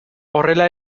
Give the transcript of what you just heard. horrela